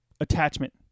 attachment